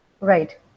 right